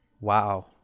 Wow